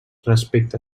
respecte